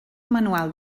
manual